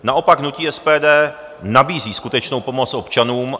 Naopak hnutí SPD nabízí skutečnou pomoc občanům.